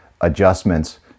adjustments